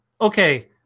Okay